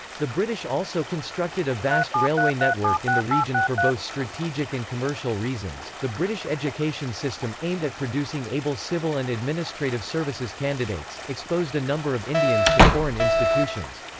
the british also constructed a vast railway network in the region for both strategic and commercial reasons the british education system, aimed at producing able civil and administrative services candidates, exposed a number of indians to foreign institutions.